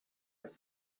his